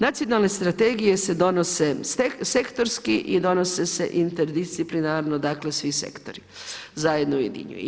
Nacionalne strategije se donosi sektorski i donose se interdisciplinarno, dakle svi sektori zajedno ujedinjeni.